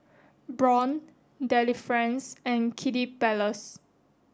Braun Delifrance and Kiddy Palace